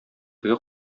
теге